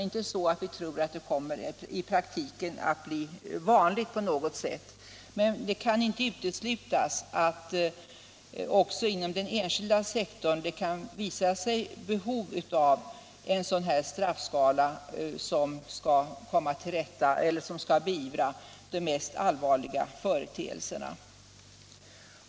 Inte så att vi tror att det i praktiken kommer att bli vanligt, men det kan inte uteslutas att det också inom den enskilda sektorn kan finnas behov av en sådan straffskala som skall beivra de mest allvarliga företeelserna.